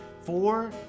Four